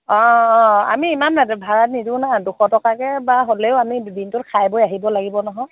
অ আমি ইমান ভাড়া নিদিওঁ ন দুশ টকাকৈ বা হ'লেও আমি দিনটোত খাই বৈ আহিব লাগিব নহয়